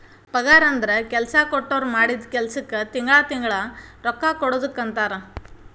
ಪಗಾರಂದ್ರ ಕೆಲ್ಸಾ ಕೊಟ್ಟೋರ್ ಮಾಡಿದ್ ಕೆಲ್ಸಕ್ಕ ತಿಂಗಳಾ ತಿಂಗಳಾ ರೊಕ್ಕಾ ಕೊಡುದಕ್ಕಂತಾರ